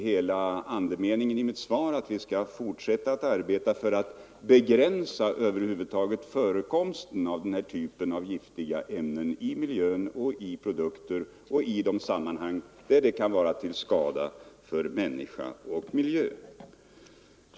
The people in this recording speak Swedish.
Hela andemeningen i mitt svar var att vi skall fortsätta att arbeta för att begränsa förekomsten av giftiga ämnen i miljön, i produkter och i alla de sammanhang där de kan vara till skada för människor och miljö.